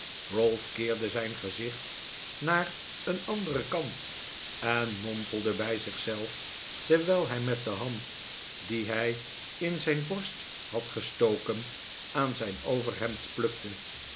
ralph keerde zijn gezicht naa een anderen kant en mompelde bij zich zelf terwijl hij met de hand die hij in zijn borst had gestoken aan zijn overhemd plukte